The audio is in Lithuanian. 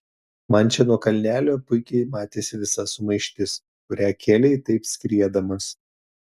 man čia nuo kalnelio puikiai matėsi visa sumaištis kurią kėlei taip skriedamas